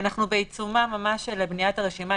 אנחנו בעיצומה של בניית הרשימה,